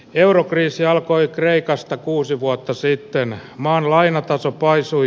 eurokriisi alkoi kreikasta kuusi vuotta sitten maan lainataso paisui